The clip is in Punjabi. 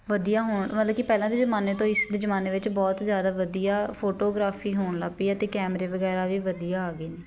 ਵਧੀਆ ਹੋਣ ਮਤਲਬ ਕਿ ਪਹਿਲਾਂ ਦੀ ਜ਼ਮਾਨੇ ਤੋਂ ਇਸ ਦੇ ਜ਼ਮਾਨੇ ਵਿੱਚ ਬਹੁਤ ਜ਼ਿਆਦਾ ਵਧੀਆ ਫੋਟੋਗ੍ਰਾਫੀ ਹੋਣ ਲੱਗ ਪਈ ਆ ਅਤੇ ਕੈਮਰੇ ਵਗੈਰਾ ਵੀ ਵਧੀਆ ਆ ਗਏ ਨੇ